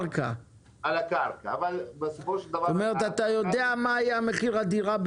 זאת אומרת שאתה יודע מה יהיה מחיר הדירה,